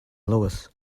lewis